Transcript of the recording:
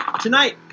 Tonight